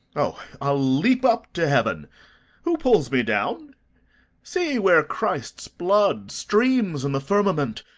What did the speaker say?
o, i'll leap up to heaven who pulls me down see, where christ's blood streams in the firmament!